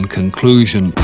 conclusion